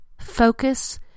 focus